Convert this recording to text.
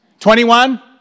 21